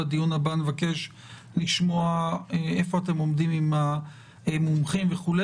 בדיון הבא נבקש לשמוע איפה אתם עומדים עם המומחים וכו',